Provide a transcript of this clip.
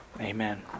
Amen